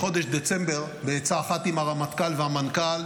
בעצה אחת עם הרמטכ"ל והמנכ"ל